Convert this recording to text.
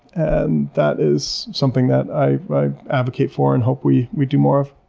and that is something that i advocate for and hope we we do more of.